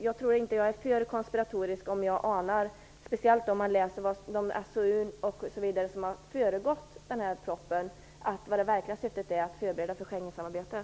Jag tror inte att jag är alltför konspiratorisk om jag anar att det verkliga syftet är att förbereda Schengensamarbetet, speciellt efter att ha läst de författningar osv. som har föregått propositionen.